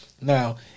now